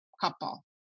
couple